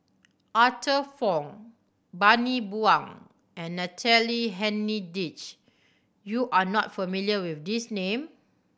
Arthur Fong Bani Buang and Natalie Hennedige you are not familiar with these name